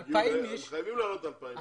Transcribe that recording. הם חייבים להעלות 2,000 אנשים.